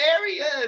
areas